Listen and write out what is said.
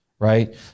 right